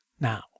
Now